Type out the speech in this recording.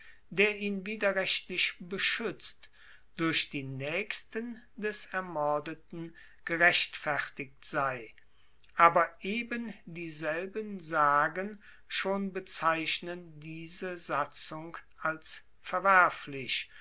der ihn widerrechtlich beschuetzt durch die naechsten des ermordeten gerechtfertigt sei aber eben dieselben sagen schon bezeichnen diese satzung als verwerflich